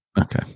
Okay